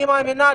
אני מאמינה,